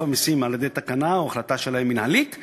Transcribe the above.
המסים על-ידי תקנה או על-ידי החלטה מינהלית שלהם.